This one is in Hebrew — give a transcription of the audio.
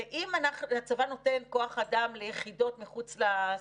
ואם הצבא נותן כוח אדם ליחידות מחוץ לסד"כ,